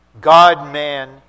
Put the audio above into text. God-man